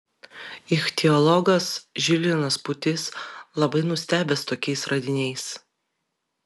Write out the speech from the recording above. ichtiologas žilvinas pūtys labai nustebęs tokiais radiniais